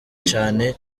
cane